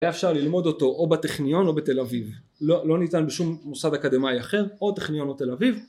היה אפשר ללמוד אותו או בטכניון או בתל אביב. לא ניתן בשום מוסד אקדמאי אחר, או טכניון או תל אביב...